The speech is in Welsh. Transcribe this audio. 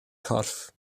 corff